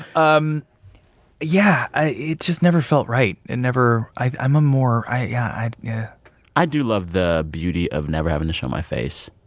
um yeah. it just never felt right. it never i'm a more i yeah i yeah i do love the beauty of never having to show my face.